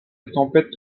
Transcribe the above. tempête